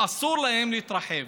אסור להם להתרחב.